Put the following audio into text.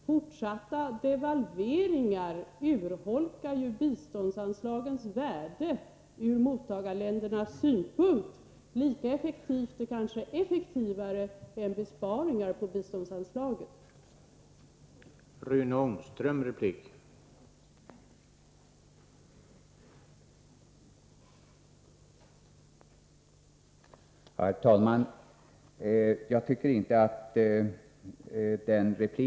Fortsatta devalveringar urholkar ju biståndsanslagens värde från mottagarländernas synpunkt lika effektivt som besparingar på biståndsanslaget — kanske effektivare.